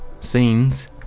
scenes